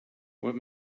what